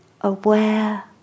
aware